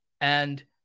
And-